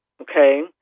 Okay